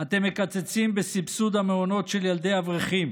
אתם מקצצים בסבסוד המעונות של ילדי אברכים,